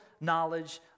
knowledge